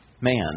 man